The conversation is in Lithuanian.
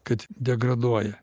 kad degraduoja